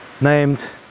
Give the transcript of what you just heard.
named